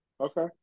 Okay